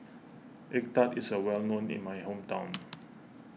Egg Tart is a well known in my hometown